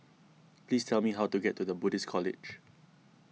please tell me how to get to the Buddhist College